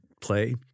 play